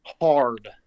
Hard